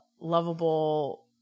lovable